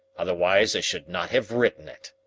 otherwise i should not have written it.